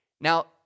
now